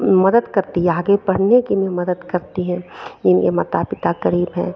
मदद करती है आगे पढ़ने के में मदद करती है जिनके माता पिता ग़रीब हैं